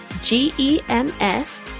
G-E-M-S